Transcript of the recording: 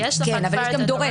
אבל יש לך כבר את ה"דורש".